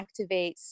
activates